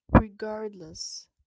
regardless